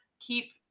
keep